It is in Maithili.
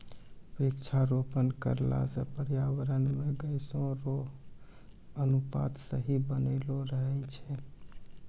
वृक्षारोपण करला से पर्यावरण मे गैसो रो अनुपात सही बनलो रहै छै